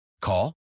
call